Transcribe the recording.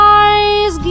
eyes